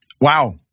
Wow